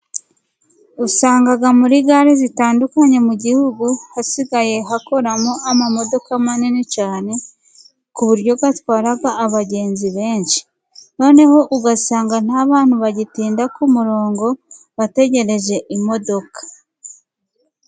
Usanga muri gare zitandukanye mu gihugu hasigaye hakoramo imodoka nini cyane ku buryo zitwara abagenzi benshi, noneho ugasanga nta bantu bagitinda ku murongo bategereje imodoka.